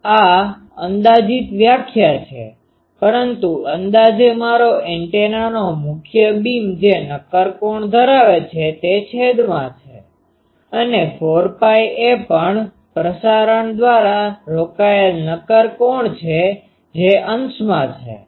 આ અંદાજીત વ્યાખ્યા છે પરંતુ અંદાજે મારો એન્ટેનાનો મુખ્ય બીમ જે નક્કર કોણ ધરાવે છે તે છેદમાં છે અને 4Π એ પણ પ્રસારણ દ્વારા રોકાયેલ નક્કર કોણ છે જે અંશમાં છે